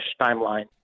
timeline